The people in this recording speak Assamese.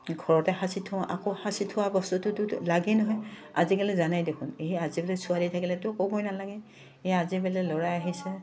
ঘৰতে সাঁচি থোৱা আকৌ সাঁচি থোৱা বস্তুটোতো লাগেই নহয় আজিকালি জানেই দেখোন এই আজিকালি ছোৱালী থাকিলেতো ক'বই নালাগে এই আজি বোলে ল'ৰাই আহিছে